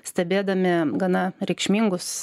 stebėdami gana reikšmingus